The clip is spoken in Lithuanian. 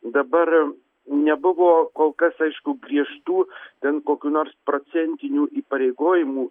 dabar nebuvo kol kas aišku griežtų ten kokių nors procentinių įpareigojimų